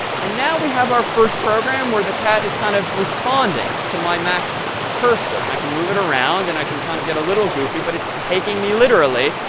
and now we have our first program where the cat is kind of responding to my mac's cursor. and i can move it around, and i can kind of get a little goofy, but it's taking me literally.